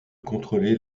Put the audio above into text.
contrôler